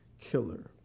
killer